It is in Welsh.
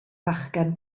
fachgen